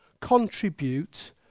contribute